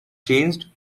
changed